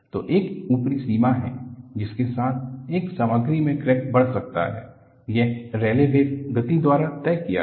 तो एक ऊपरी सीमा है जिसके साथ एक सामग्री में क्रैक बढ़ सकता है यह रैले वैव गति द्वारा तय किया गया